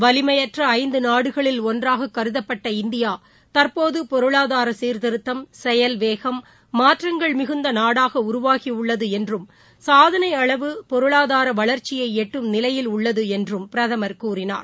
வலிமையற்றஐந்துநாடுகளில் ஒன்றாககருதப்பட்ட இந்தியாதற்போதுபொருளாதாரசீாதிருத்தம் செயல்வேகம் மாற்றங்கள் மிகுந்தநாடாகஉருவாகியுள்ளதுஎன்றும் சாதனையளவு பொருளாதாரவளா்ச்சியைஎட்டும் நிலையில் உள்ளதுஎன்றும் பிரதமர் கூறினார்